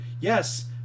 yes